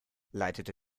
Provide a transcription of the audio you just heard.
leitete